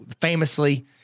famously